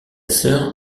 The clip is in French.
sœur